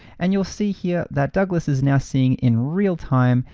and you'll see here that douglas is now seeing in real-time,